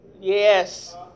Yes